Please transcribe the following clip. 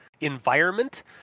environment